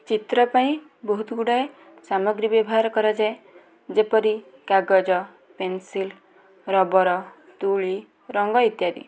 ଚିତ୍ର ପାଇଁ ବହୁତ ଗୁଡ଼ାଏ ସାମଗ୍ରୀ ବ୍ୟବହାର କରାଯାଏ ଯେପରି କାଗଜ ପେନ୍ସିଲ୍ ରବର୍ ତୁଳୀ ରଙ୍ଗ ଇତ୍ୟାଦି